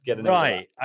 Right